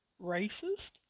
racist